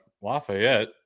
Lafayette